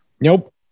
Nope